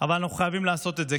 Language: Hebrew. אבל אנחנו חייבים לעשות את זה,